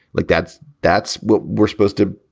like that's that's what we're supposed to,